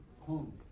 home